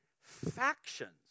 factions